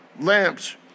lamps